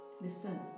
Listen